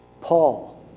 Paul